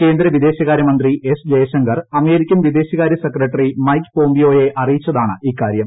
കേന്ദ്ര വിദേശകാരൃമന്ത്രി S Jaishankar American വിദേശകാര്യ സെക്രട്ടറി മൈക്ക് പോംപിയോയെ അറിയിച്ചതാണ് ഇക്കാര്യം